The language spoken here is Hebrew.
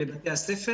בבתי הספר